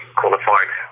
qualified